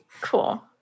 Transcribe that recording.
Cool